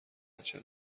بچه